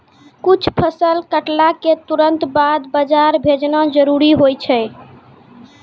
कुछ फसल कटला क तुरंत बाद बाजार भेजना जरूरी होय छै